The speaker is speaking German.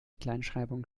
kleinschreibung